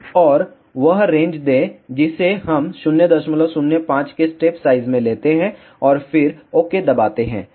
और वह रेंज दें जिसे हम 005 के स्टेप साइज में लेते हैं और फिर ओके दबाते हैं